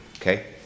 okay